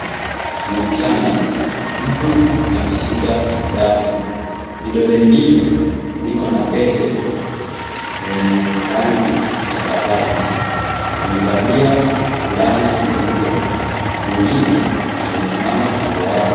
Ni mchana mtu ameshika dafu vidole mbili viko na pete yenye rangi ya dhahabu amevalia fulana nyeupe mwengine amesimama kando yake.